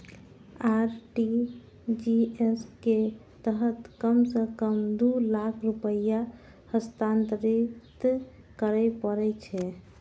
RTGS के तहत कम सं कम दू लाख रुपैया हस्तांतरित करय पड़ै छै